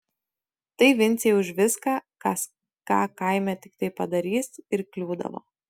tai vincei už viską kas ką kaime tiktai padarys ir kliūdavo